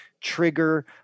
trigger